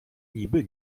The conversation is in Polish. niby